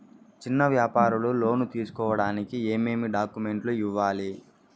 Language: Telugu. చిన్న వ్యాపారులు లోను తీసుకోడానికి ఏమేమి డాక్యుమెంట్లు ఇవ్వాలి?